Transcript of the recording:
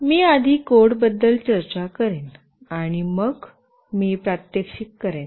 मी आधी कोडबद्दल चर्चा करेन आणि मग मी प्रात्यक्षिक करेन